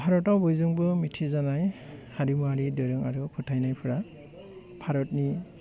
भारताव बयजोंनो मिथिजानाय हारिमुआरि धोरोम आरो फोथायनायफ्रा भारतनि